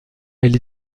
elle